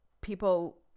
people